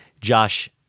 Josh